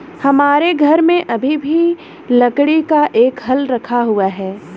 हमारे घर में अभी भी लकड़ी का एक हल रखा हुआ है